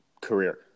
career